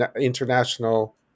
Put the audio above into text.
international